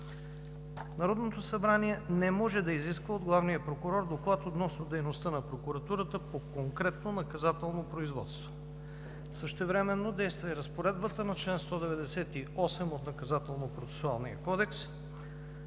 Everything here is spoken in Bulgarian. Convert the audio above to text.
Народното събрание не може да изисква от главния прокурор доклад относно дейността на прокуратурата по конкретно наказателно производство. Същевременно действа и разпоредбата на чл. 198 от